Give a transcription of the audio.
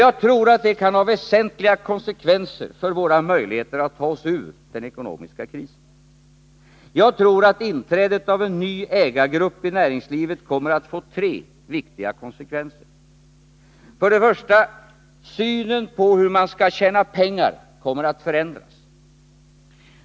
Jag tror att det kan ha väsentliga konsekvenser för våra möjligheter att ta oss ur den ekonomiska krisen. Jag tror att inträdet av en ny ägargrupp i näringslivet kommer att få tre viktiga konsekvenser: 1. Synen på hur man skall tjäna pengar kommer att förändras.